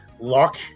luck